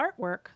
artwork